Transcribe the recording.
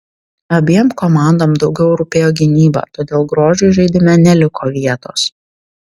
abiem komandom daugiau rūpėjo gynyba todėl grožiui žaidime neliko vietos